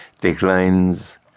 declines